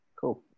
Cool